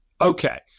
Okay